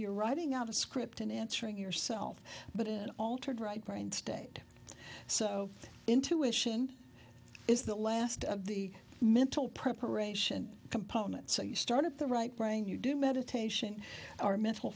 you're writing out a script and answering yourself but in an altered right brain state so intuition is the last of the mental preparation component so you start at the right brain you do meditation or mental